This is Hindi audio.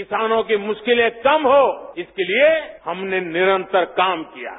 किसानों की मुश्किलें कम हों इसके लिये हमने निरन्तर काम किया है